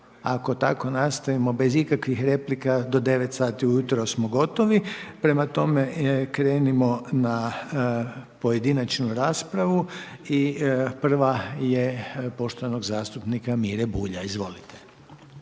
ako tako nastavimo, bez ikakvih replika, do 9,00 ujutro smo gotovi, prema tome, krenimo na pojedinačnu raspravu, i prva je poštovanog zastupnika Mire Bulja, izvolite.